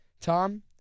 Tom